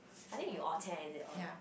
I think you orh-cheh is it or what